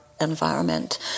environment